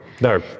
No